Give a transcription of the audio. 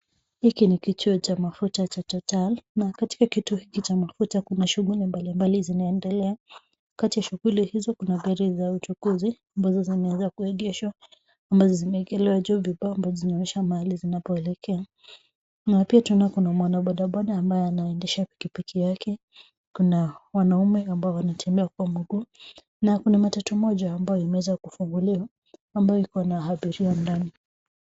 Hiki ni kituo cha mafuta cha Total na katika kituo hiki cha mafuta kuna shughuli mbalimbali zinaendelea. Kati ya shughuli hizo kuna gari za utukuzi, ambazo zimeweza kuegeshwa, ambazo zimeekelewa juu vibao ambazo zinaonyesha mahali zinapoelekea, na pia tunaona kuna mwana bodaboda ambaye anaendesha pikipiki yake, kuna wanaume ambao wanatembea kwa mguu na kuna matatu moja ambayo imeweza kufunguliwa ambayo iko na abiria ndani.